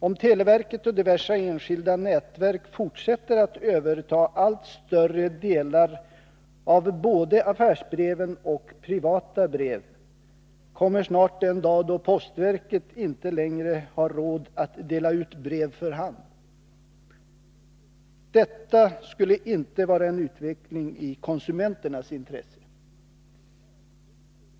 Om televerket och diverse « enskilda nätverk fortsätter att överta allt större delar av både affärsbreven och de privata breven, kommer snart den dag då postverket inte längre har råd att dela ut brev för hand. Detta skulle inte vara en utveckling i konsumenternas intresse.